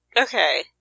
okay